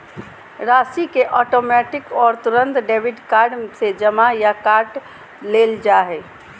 राशि के ऑटोमैटिक और तुरंत डेबिट कार्ड से जमा या काट लेल जा हइ